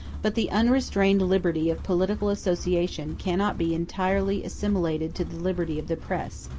but the unrestrained liberty of political association cannot be entirely assimilated to the liberty of the press.